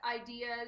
ideas